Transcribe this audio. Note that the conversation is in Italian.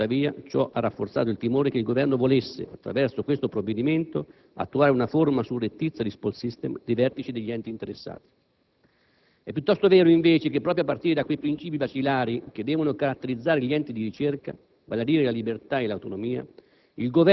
E tuttavia, ciò ha rafforzato il timore che il Governo volesse, attraverso questo provvedimento, attuare una forma surrettizia di *spoils system* dei vertici degli enti interessati. E' piuttosto vero, invece, che proprio a partire da quei princìpi basilari che devono caratterizzare gli enti di ricerca, vale a dire la libertà e l'autonomia,